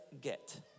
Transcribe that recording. get